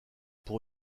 pour